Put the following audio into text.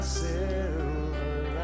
silver